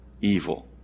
evil